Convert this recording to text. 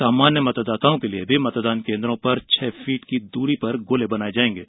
सामान्य मतदाताओं के लिए भी मतदान केन्द्रों पर छह फुट की दूरी पर गोले बनाये जायेंगे